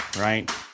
right